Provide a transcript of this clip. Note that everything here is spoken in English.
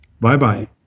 Bye-bye